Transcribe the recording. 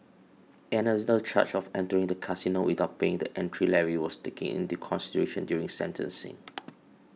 another charge of entering the casino without paying the entry levy was taken into consideration during sentencing